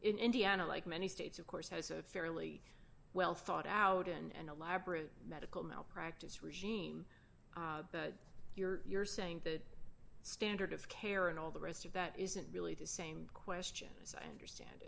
in indiana like many states of course has a fairly well thought out in an elaborate medical malpractise regime you're saying that standard of care and all the rest of that isn't really the same question as i understand